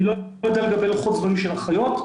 אני לא יודע לגבי לוחות הזמנים של אחיות,